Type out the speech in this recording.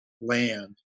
land